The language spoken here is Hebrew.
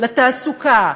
לתעסוקה,